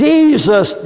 Jesus